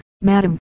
Madam